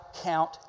count